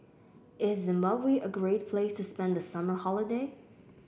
is Zimbabwe a great place to spend the summer holiday